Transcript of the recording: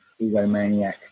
egomaniac